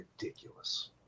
ridiculous